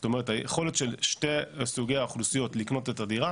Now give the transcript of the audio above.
זאת אומרת היכולת של שני סוגי האוכלוסיות לקנות את הדירה